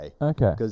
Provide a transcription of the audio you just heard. Okay